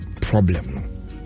problem